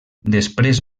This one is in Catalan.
després